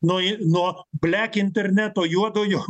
naujie nuo blek interneto juodojo